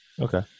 okay